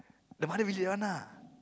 the mother really that one ah